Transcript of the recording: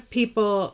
people